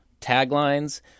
taglines